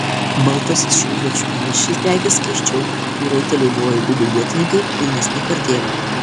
baltasis šiauriečių įniršis degė skaisčiau jų raiteliai buvo įgudę ietininkai pilnesnį kartėlio